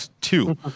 two